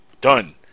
Done